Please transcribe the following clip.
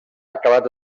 acabat